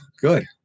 good